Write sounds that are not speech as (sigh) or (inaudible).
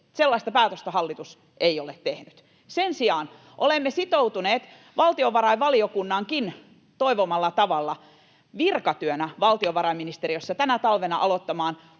sellaista päätöstä hallitus ei ole tehnyt. Sen sijaan olemme sitoutuneet valtiovarainvaliokunnankin toivomalla tavalla virkatyönä (noise) valtiovarainministeriössä tänä talvena aloittamaan koko